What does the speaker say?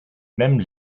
même